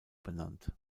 benannt